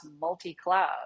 multi-cloud